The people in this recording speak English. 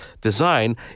design